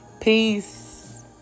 Peace